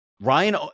Ryan